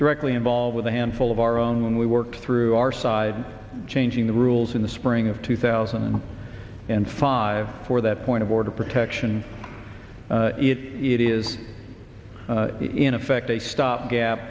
directly involved with a handful of our own when we worked through our side changing the rules in the spring of two thousand and five for that point of border protection it is in effect a stopgap